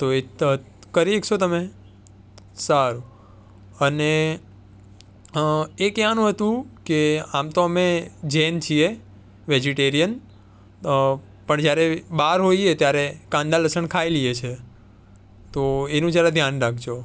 તો એ ત કરી શકશો તમે સારું અને એ કહેવાનું હતું કે આમ તો અમે જૈન છીએ વેજીટેરિયન પણ જ્યારે બહાર હોઈએ ત્યારે કાંદા લસણ ખાઈ લઇએ છીએ તો એનું જરા ધ્યાન રાખજો